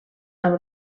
amb